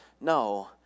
No